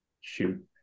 Shoot